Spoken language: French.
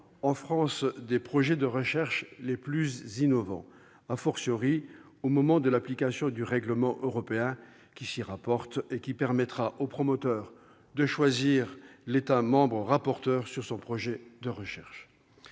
en France des projets de recherche les plus innovants. Ce sera le cas au moment de l'application du règlement européen qui s'y rapporte et qui permettra au promoteur de choisir l'État membre rapporteur sur son projet de recherche.